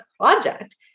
project